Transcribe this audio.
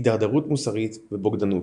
הידרדרות מוסרית ובוגדנות.